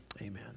Amen